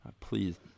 Please